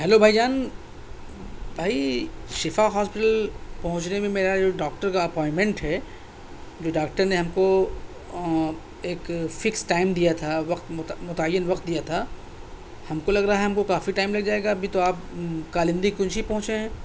hello بھائی جان بھائی شفا ہاسپٹل پہنچنے میں میرا جو ڈاکٹر کا اپائنمنٹ ہے جو ڈاکٹر نے ہم کو ایک فکس ٹائم دیا تھا وقت متعین وقت دیا تھا ہم کو لگ رہا ہے ہم کو کافی ٹائم لگ جائے گا ابھی تو آپ کالندی کنج ہی پہنچے ہیں